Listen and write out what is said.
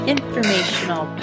Informational